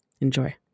Enjoy